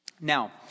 Now